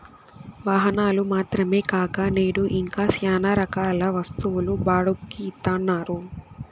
వాహనాలు మాత్రమే కాక నేడు ఇంకా శ్యానా రకాల వస్తువులు బాడుక్కి ఇత్తన్నారు